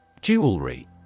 Jewelry